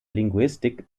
linguistik